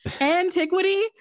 antiquity